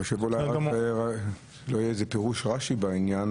חשוב שלא יהיה איזה פירוש רש"י בעניין